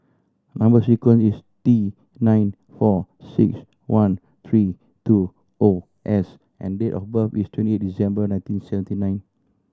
number sequence is T nine four six one three two O S and date of birth is twenty eight December nineteen seventy nine